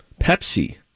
Pepsi